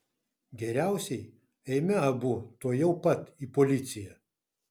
geriausiai eime abu tuojau pat į policiją